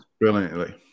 brilliantly